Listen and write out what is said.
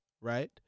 right